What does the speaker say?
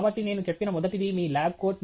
కాబట్టి నేను చెప్పిన మొదటిది మీ ల్యాబ్ కోట్